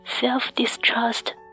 self-distrust